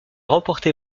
remportée